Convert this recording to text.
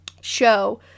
show